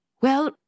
Well